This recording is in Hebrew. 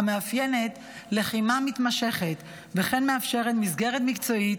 המאפיינת לחימה מתמשכת וכן מאפשרת מסגרת מקצועית